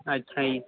ਅੱਛਾ ਜੀ